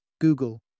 Google